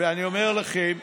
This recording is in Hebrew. תעצרו את השעון, בבקשה,